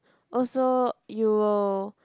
also you will